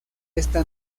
esta